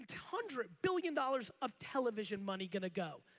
hundred billion dollars of television money gonna go?